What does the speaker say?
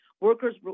workers